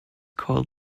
called